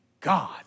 God